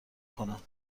کنم